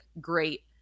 great